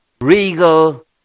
regal